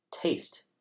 taste